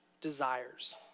desires